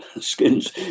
skins